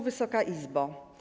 Wysoka Izbo!